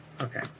Okay